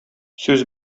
сүз